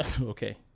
Okay